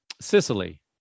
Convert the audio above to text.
Sicily